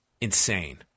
insane